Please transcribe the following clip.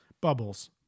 Bubbles